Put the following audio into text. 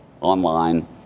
online